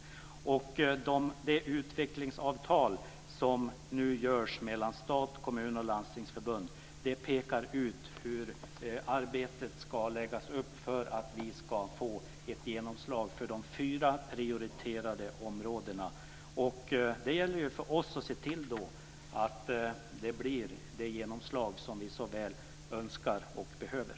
Det utvecklingsavtal som nu görs mellan staten, kommunerna och Landstingsförbundet pekar ut hur arbetet ska läggas upp för att vi ska få genomslag för de fyra prioriterade områdena. Det gäller då för oss att se till att det blir det genomslag som vi så väl önskar och behöver.